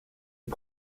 lui